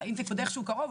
שהוא עוד איך שהוא קרוב,